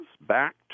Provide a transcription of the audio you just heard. back